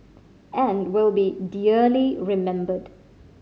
and will be dearly remembered